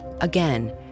Again